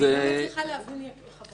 אני לא מצליחה להבין, חברותיי,